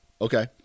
Okay